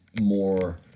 more